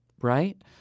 right